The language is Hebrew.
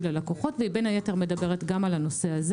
ללקוחות ובין היתר היא מדברת גם על הנושא הזה